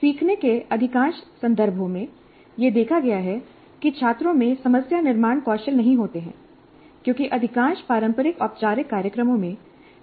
सीखने के अधिकांश संदर्भों में यह देखा गया है कि छात्रों में समस्या निर्माण कौशल नहीं होते हैं क्योंकि अधिकांश पारंपरिक औपचारिक कार्यक्रमों में